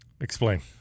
Explain